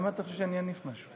למה אתה חושב שאני אניף משהו?